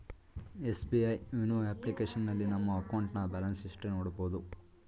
SBI YONO ಅಪ್ಲಿಕೇಶನ್ನಲ್ಲಿ ನಮ್ಮ ಅಕೌಂಟ್ನ ಬ್ಯಾಲೆನ್ಸ್ ಹಿಸ್ಟರಿ ನೋಡಬೋದು